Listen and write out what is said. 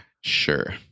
Sure